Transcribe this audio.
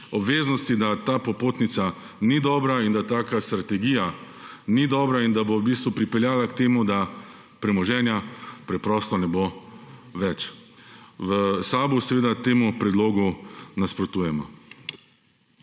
obveznosti, da ta popotnica ni dobra in da taka strategija ni dobra in da bo v bistvu pripeljala k temu, da premoženja preprosto ne bo več. V SAB seveda temu predlogu nasprotujemo.